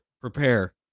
prepare